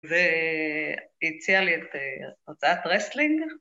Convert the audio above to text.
והציעה לי את הוצאת רסטלינג.